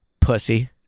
pussy